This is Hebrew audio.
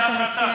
מה אתה מציע?